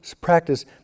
practice